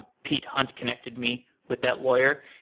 ah pete hunt connected me with that lawyer.